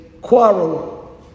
quarrel